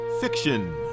fiction